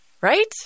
right